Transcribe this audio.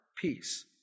peace